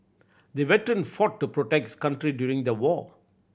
the veteran fought to protect his country during the war